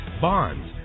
bonds